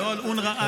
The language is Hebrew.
לא על אונר"א עזה.